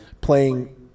playing